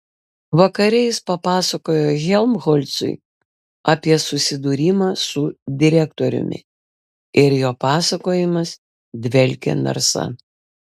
vakare jis papasakojo helmholcui apie susidūrimą su direktoriumi ir jo pasakojimas dvelkė narsa